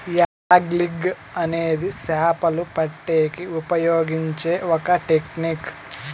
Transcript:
angling అనేది చాపలు పట్టేకి ఉపయోగించే ఒక టెక్నిక్